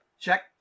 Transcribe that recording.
Check